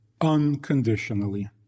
unconditionally